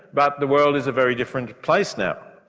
but the world is a very different place now,